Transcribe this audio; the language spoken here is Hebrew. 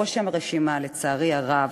בראש הרשימה, לצערי הרב,